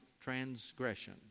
transgression